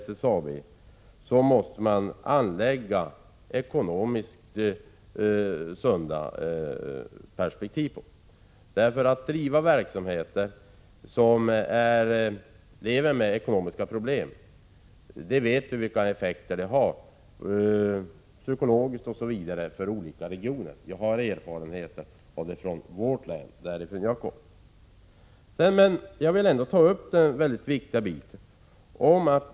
SSAB, är det viktigt att man ser på företagen med sunda ekonomiska perspektiv. Vi vet vilka effekter det har, psykologiskt och på annat sätt, för berörda regioner, om man driver företag som arbetar med ekonomiska problem. Det har jag erfarenhet av från det län som jag kommer ifrån.